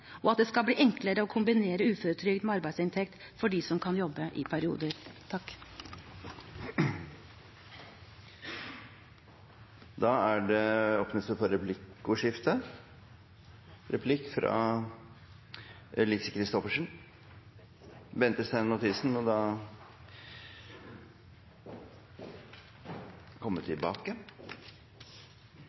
og at det skal bli enklere å kombinere uføretrygd med arbeidsinntekt for dem som kan jobbe i perioder. Det blir replikkordskifte. Jeg hørte med stor interesse på innlegget fra Høyres representant, Bente Stein Mathisen.